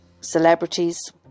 Celebrities